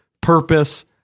purpose